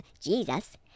Jesus